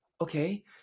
Okay